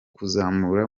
kuzamura